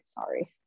sorry